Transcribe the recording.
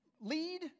Lead